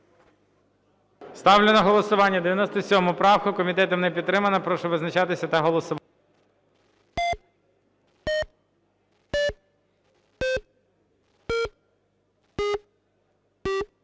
Ставлю на голосування 97 правку, комітетом не підтримана. Прошу визначатися та голосувати.